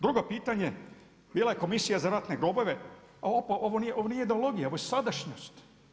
Drugo pitanje, bila je komisija za ratne grobove, ovo nije ideologija ovo je sadašnjost.